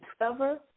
discover